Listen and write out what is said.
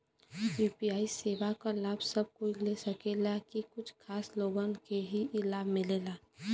UPI सेवा क लाभ सब कोई ले सकेला की कुछ खास लोगन के ई लाभ मिलेला?